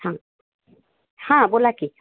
हां हां बोला की